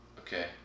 Okay